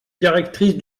directrices